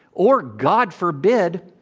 or, god forbid,